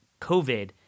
COVID